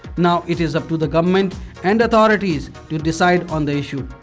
now, it is upto the government and authorities to decide on the issue.